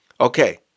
Okay